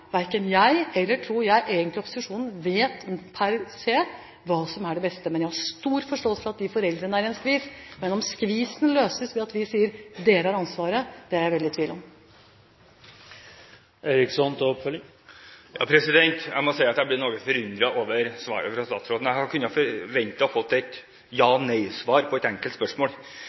Verken jeg eller – tror jeg – egentlig opposisjonen vet per se hva som er det beste. Jeg har stor forståelse for at foreldrene er i en skvis, men om skvisen løses ved at vi sier at dere har hele ansvaret, er jeg veldig i tvil om. Jeg må si at jeg blir noe forundret over svaret fra statsråden. Jeg hadde forventet å få et ja- eller nei-svar på et enkelt spørsmål.